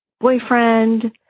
boyfriend